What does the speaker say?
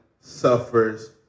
suffers